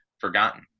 forgotten